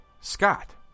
Scott